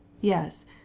yes